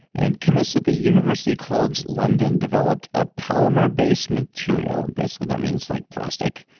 and chemists at the university college, london developed a polymer based material, basically that means like plastic,